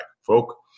folk